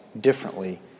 differently